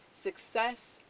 success